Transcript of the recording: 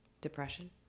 depression